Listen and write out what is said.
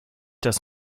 dass